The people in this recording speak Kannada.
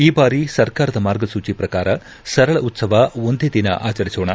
ಈ ಬಾರಿ ಸರ್ಕಾರದ ಮಾರ್ಗಸೂಚಿ ಪ್ರಕಾರ ಸರಳ ಉತ್ಲವ ಒಂದೇ ದಿನ ಆಚರಿಸೋಣ